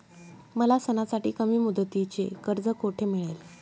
मला सणासाठी कमी मुदतीचे कर्ज कोठे मिळेल?